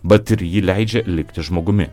bet ir ji leidžia likti žmogumi